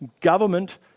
government